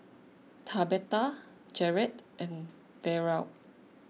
Tabetha Jarret and Derald